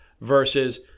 versus